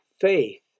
faith